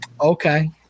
Okay